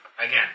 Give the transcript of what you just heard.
again